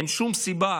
אין שום סיבה